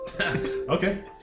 Okay